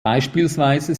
beispielsweise